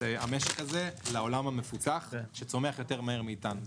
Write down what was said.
המשק הזה לעולם המפותח שצומח יותר מהר מאיתנו.